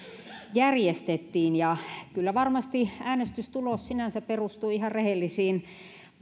järjestettiin kyllä varmasti äänestystulos sinänsä perustui ihan rehellisiin